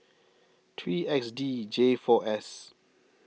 three X D J four S